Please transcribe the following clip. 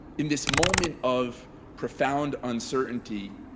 in this moment of profound uncertainty